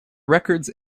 records